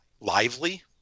lively